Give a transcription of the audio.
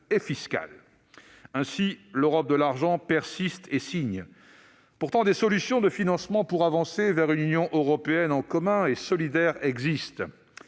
et fiscal. Ainsi, l'Europe de l'argent persiste et signe. Pourtant, des solutions de financement pour avancer vers une union européenne en commun et solidaire existent.